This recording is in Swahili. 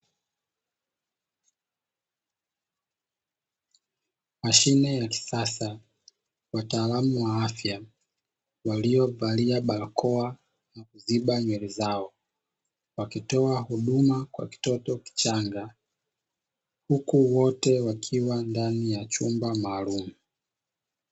Mashine ya kisasa, wataalamu wa afya waliyovalia barakoa na kuziba nywele zao wakitoa huduma kwa kitoto kichanga huku wote wakiwa ndani ya chumba maalumu.